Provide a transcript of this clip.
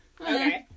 Okay